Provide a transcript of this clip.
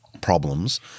problems